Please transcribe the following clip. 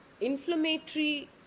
inflammatory